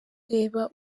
reba